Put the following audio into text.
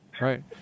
right